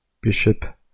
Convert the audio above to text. Bishop